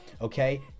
okay